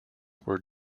were